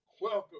Welcome